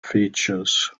features